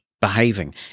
behaving